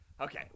Okay